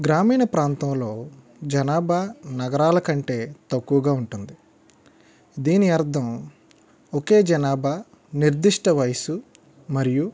గ్రామీణ ప్రాంతంలో జనాభా నగరాలకంటే తక్కువగా ఉంటుంది దీని అర్ధం ఒకే జనాభా నిర్దిష్ట వయసు మరియు